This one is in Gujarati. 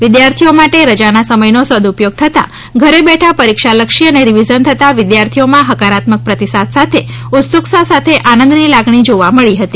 વિદ્યાર્થીઓ માટે રજાના સમયનો સદુપયોગ થતા ઘરબેઠા પરીક્ષાલક્ષી અને રિવિઝન થતા વિદ્યાર્થીઓમાં હકારાત્મક પ્રતિસાદ સાથે ઉત્સુકતા સાથે આનંદની લાગણી જોવા મળી હતી